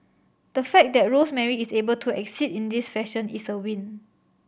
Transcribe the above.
the fact that Rosemary is able to exit in this fashion is a win